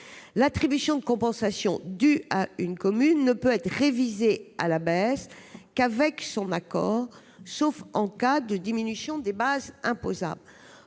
L'attribution de compensation due à une commune ne peut être révisée à la baisse qu'avec son accord, sauf en cas de diminution des bases imposables.